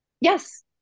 Yes